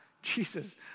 Jesus